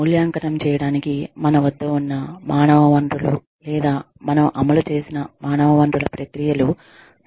మూల్యాంకనం చేయడానికి మన వద్ద ఉన్న మానవ వనరులు లేదా మనం అమలు చేసిన మానవ వనరుల ప్రక్రియలు సంస్థకు ఎలా విలువను చేకూర్చాయి